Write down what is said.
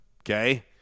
okay